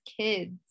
kids